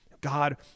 God